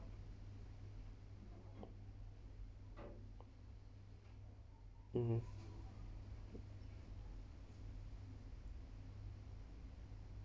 mmhmm